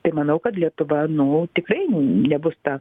tai manau kad lietuva nu tikrai nebus ta